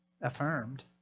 affirmed